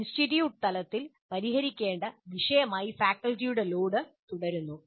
institute തലത്തിൽ പരിഹരിക്കേണ്ട വിഷയമായി ഫാക്കൽറ്റിയുടെ ലോഡ് തുടരുന്നു